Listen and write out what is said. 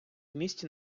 місті